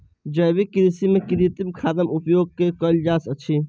जैविक कृषि में कृत्रिम खादक उपयोग नै कयल जाइत अछि